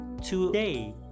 Today